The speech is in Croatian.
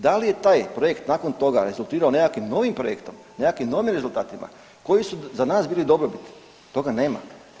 Da li je taj projekt nakon toga rezultirao nekakvim novim projektom, nekakvim novim rezultatima koji su za nas bili dobrobit toga nema.